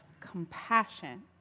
compassion